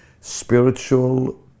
spiritual